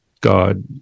God